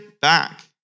back